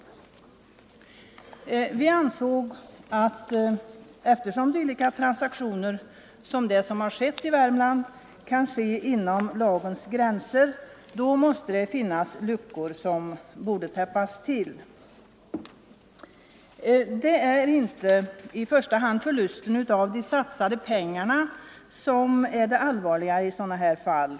Eftersom transaktioner av det slag som skett i Värmland kan ske inom lagens gränser anser vi att det måste finnas luckor i lagen som borde täppas till. Det är inte i första hand förlusten av de satsade pengarna som är det allvarliga i sådana här fall.